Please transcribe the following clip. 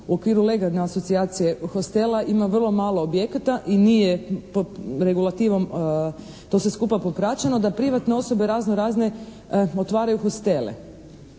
razumije./… asocijacije hostela ima vrlo malo objekata i nije regulativom to sve skupa popraćeno da privatne osobe razno razne otvaraju hostele